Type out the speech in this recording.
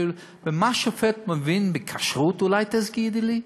במה שופט מבין בכשרות, אולי תגידי לי?